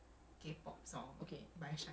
mm ya ya ya ya